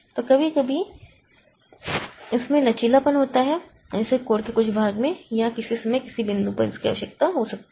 तो कभी कभी इसमें लचीलापन होता है जैसे कोड के कुछ भाग में या किसी समय किसी बिंदु पर इसकी आवश्यकता हो सकती है